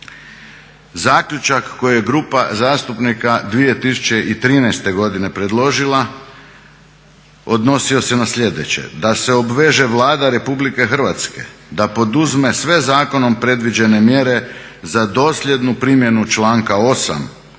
Zaključak koji je grupa zastupnika 2013. godine predložila odnosio se na sljedeće: "Da se obveže Vlada RH da poduzme sve zakonom predviđene mjere za dosljednu primjenu članka 8.